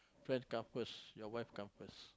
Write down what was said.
first come first your wife come first